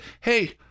Hey